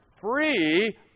free